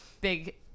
big